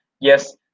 yes